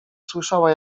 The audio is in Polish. słyszała